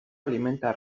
alimenta